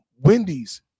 Wendy's